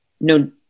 no